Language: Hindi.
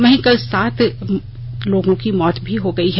वहीं कल सात लोगों की मौत हो गयी है